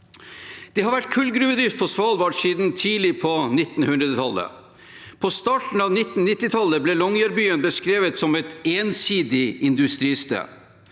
Det har vært kullgruvedrift på Svalbard siden tidlig på 1900-tallet. I starten av 1990-årene ble Longyearbyen beskrevet som et ensidig industristed.